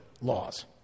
laws